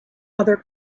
other